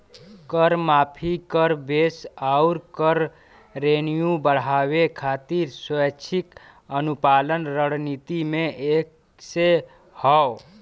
कर माफी, कर बेस आउर कर रेवेन्यू बढ़ावे खातिर स्वैच्छिक अनुपालन रणनीति में से एक हौ